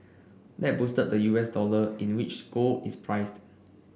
that boosted the U S dollar in the which gold is priced